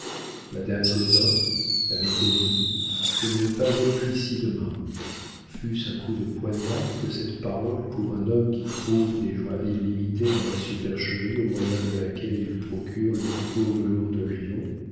madame gobain avait-elle dit je ne veux pas être ici demain fut-ce un coup de poignard que cette parole pour un homme qui trouve des joies illimitées dans la supercherie au moyen de laquelle il procure le plus beau velours de lyon